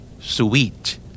Sweet